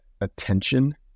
attention